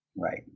right